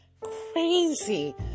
crazy